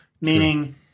meaning